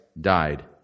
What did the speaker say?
died